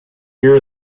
here